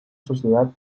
sociedad